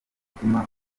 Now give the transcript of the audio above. gutuma